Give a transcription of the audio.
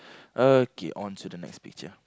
okay on to the next picture